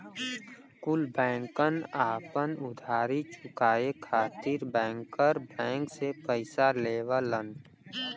कुल बैंकन आपन उधारी चुकाये खातिर बैंकर बैंक से पइसा लेवलन